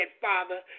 Father